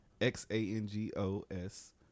X-A-N-G-O-S